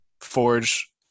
forge